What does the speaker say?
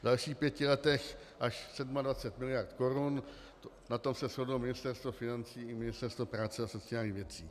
V dalších pěti letech až 27 mld. korun, na tom se shodlo Ministerstvo financí i Ministerstvo práce a sociálních věcí.